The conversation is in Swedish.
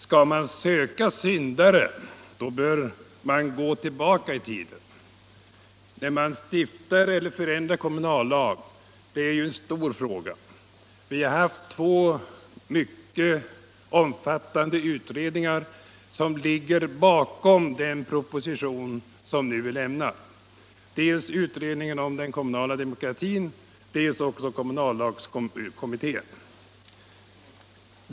Skall man söka ”syndare” bör man gå tillbaka i tiden. Att stifta eller förändra kommunallag är en stor fråga. Två mycket omfattande utredningar ligger bakom den nu lämnade propositionen — dels utredningen om den kommunala demokratin, dels kommunallagskommittén.